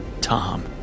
Tom